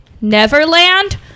Neverland